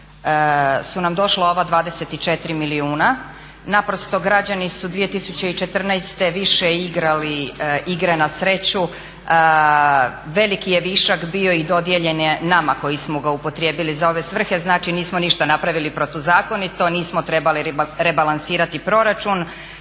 su nam došla ova 24 milijuna. Naprosto građani su 2014. više igrali igre na sreću, veliki je višak bio i dodijeljen je nama koji smo ga upotrijebili za ove svrhe, znači nismo ništa napravili protuzakonito, nismo trebali rebalansirati proračun,